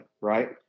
right